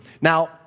Now